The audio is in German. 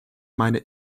meine